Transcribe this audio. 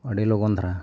ᱟᱹᱰᱤ ᱞᱚᱜᱚᱱ ᱫᱷᱟᱨᱟ